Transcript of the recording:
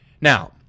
Now